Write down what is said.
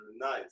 nice